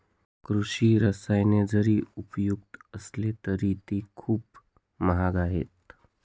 कृषी रसायने जरी उपयुक्त असली तरी ती खूप महाग आहेत